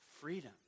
freedom